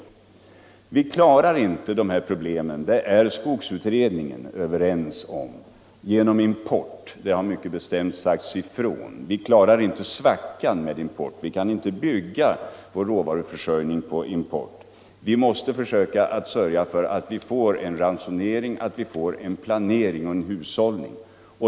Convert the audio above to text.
Vi klarar inte de här problemen genom import. Skogsutredningen har mycket bestämt sagt ifrån på den punkten. Vi klarar inte svackan med import och kan inte bygga vår råvaruförsörjning på import, utan vi måste försöka sörja för att vi får en planering och en hushållning.